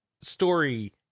story